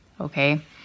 okay